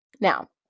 Now